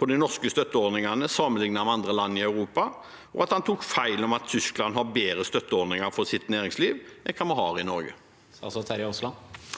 til de norske støtteordningene sammenlignet med andre land i Europa, og at han tok feil, med tanke på at Tyskland har bedre støtteordninger for sitt næringsliv enn hva vi har i Norge?